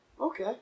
Okay